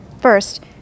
First